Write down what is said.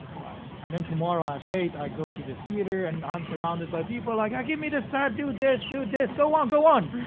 and then tomorrow at eight i go to the theater, and i'm surrounded by people. like, get me to set, do this, do this, go on, go on.